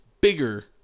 bigger